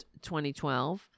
2012